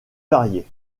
variées